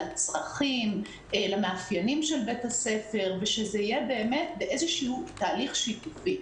לצרכים ולמאפיינים של בית הספר ושזה יהיה בתהליך שיתופי.